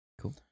Cool